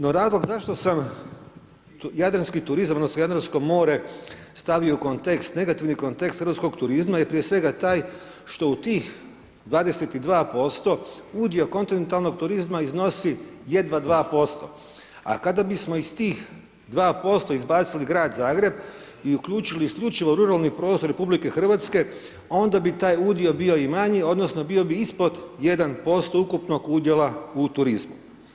No razlog zašto sam, jadranski turizam odnosno Jadransko more stavio u kontekst, negativni kontekst hrvatskog turizma je prije svega taj što u tih 22% udio kontinentalnog turizma iznosi jedva 2%, a kada bismo iz tih 2% izbacili Grad Zagreb i uključili isključivo ruralni prostor RH, onda bi taj udio bio i manji odnosno bio bi ispod 1% ukupnog udjela u turizmu.